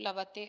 प्लवते